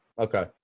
Okay